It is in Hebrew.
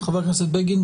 חבר הכנסת בגין,